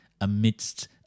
amidst